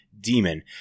demon